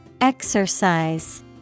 Exercise